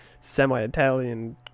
semi-Italian